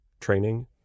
training